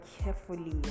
carefully